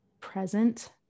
present